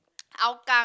Hougang